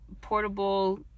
portable